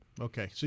Okay